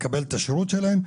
לקבל את השירות שלהם,